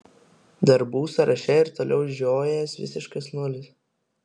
darbų sąraše ir toliau žiojės visiškas nulis